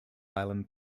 island